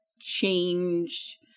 change